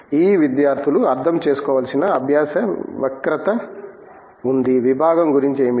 ఈ విద్యార్థులు అర్థం చేసుకోవలసిన అభ్యాస వక్రత ఉంది విభాగం గురించి ఏమిటి